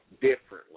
differently